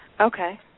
Okay